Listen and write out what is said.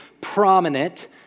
prominent